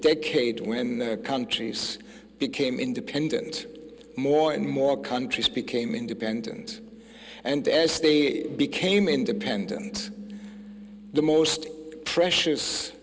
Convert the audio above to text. decade when countries became independent more and more countries became independent and as they became independent the most precious